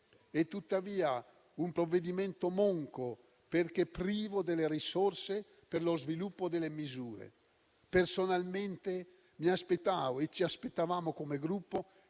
È tuttavia un provvedimento monco, perché privo delle risorse per lo sviluppo delle misure. Personalmente mi aspettavo - e ci aspettavamo come Gruppo